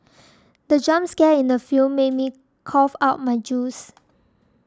the jump scare in the film made me cough out my juice